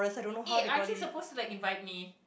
eh aren't you supposed to like invite me